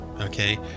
Okay